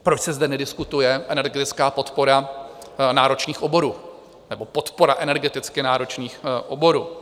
Proč se zde nediskutuje energetická podpora náročných oborů, nebo podpora energeticky náročných oborů.